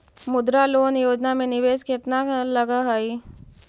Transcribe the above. मुद्रा लोन योजना में निवेश केतना लग हइ?